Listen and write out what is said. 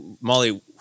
Molly